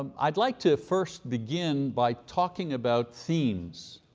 um i'd like to first begin by talking about themes.